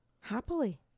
happily